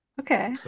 Okay